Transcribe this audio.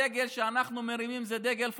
הדגל שאנחנו מרימים זה דגל פלסטין.